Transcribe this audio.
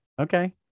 okay